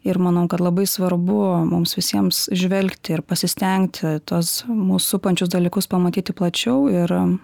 ir manau kad labai svarbu mums visiems žvelgti ir pasistengti tuos mus supančius dalykus pamatyti plačiau ir